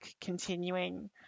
continuing